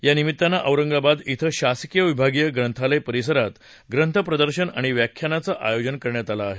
या निमित्तानं औरंगाबाद क्रिं शासकीय विभागीय ग्रंथालय परिसरात ग्रंथ प्रदर्शन आणि व्याख्यानाचं आयोजन करण्यात आलं आहे